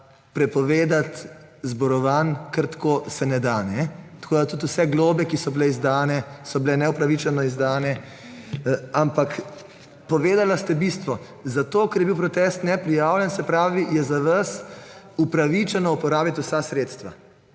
prepovedati zborovanj kar tako se ne da. Tako tudi vse globe, ki so bile izdane, so bile neupravičeno izdane, ampak povedali ste bistvo. Zato, ker je bil protest neprijavljen, se pravi, je za vas upravičeno uporabiti vsa sredstva.